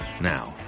now